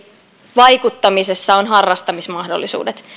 vaikuttamisessa ovat harrastamismahdollisuudet